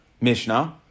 Mishnah